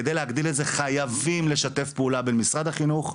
כדי להגדיל את זה חייבים לשתף פעולה בין משרד החינוך,